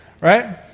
right